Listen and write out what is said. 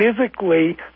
physically